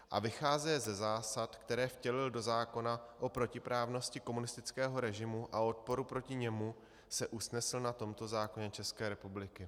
A vycházeje ze zásad, které vtělil do zákona o protiprávnosti komunistického režimu a o odporu proti němu, se usnesl na tomto zákoně České republiky.